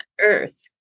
Earth